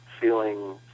feeling